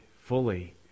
fully